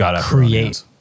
create